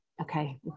okay